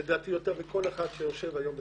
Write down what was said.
לדעתי יותר מכל אחד שיושב היום בצה"ל.